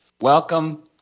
Welcome